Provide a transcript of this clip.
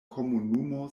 komunumo